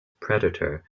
predator